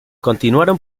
continuaron